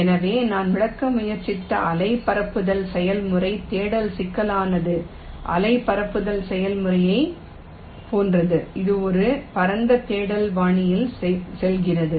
எனவே நான் விளக்க முயற்சித்த அலை பரப்புதல் செயல்முறை தேடல் சிக்கலானது அலை பரப்புதல் செயல்முறையைப் போன்றது இது ஒரு பரந்த தேடல் பாணியில் செல்கிறது